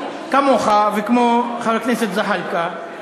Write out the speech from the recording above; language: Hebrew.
כמוך וכמו חבר הכנסת זחאלקה,